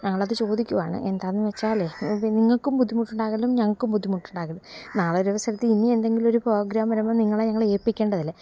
ഞങ്ങളത് ചോദിക്കുകയാണ് എന്താണെന്ന് വച്ചാലേ നിങ്ങൾക്കും ബുദ്ധിമുട്ടുണ്ടാകലും ഞങ്ങൾക്കും ബുദ്ധിമുട്ടുണ്ടാകലും നാളെ ഒരവസരത്തില് ഇനി എന്തെങ്കിലും ഒരു പോഗ്രാം വരുമ്പം നിങ്ങളെ ഞങ്ങളേല്പിക്കേണ്ടതല്ലേ